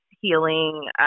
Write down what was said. healing